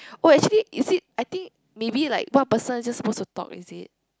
oh actually you see I think maybe like one person just suppose to talk is it